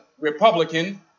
Republican